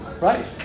Right